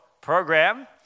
program